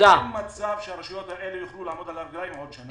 אין מצב שהרשויות האלה יוכלו לעמוד על הרגליים עוד שנה.